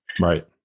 Right